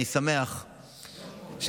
אני שמח שלפחות,